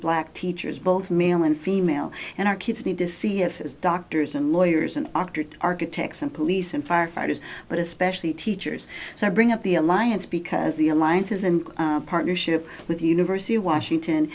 black teachers both male and female and our kids need to see us as doctors and lawyers and doctors architects and police and firefighters but especially teachers so i bring up the alliance because the alliance is in partnership with the university of washington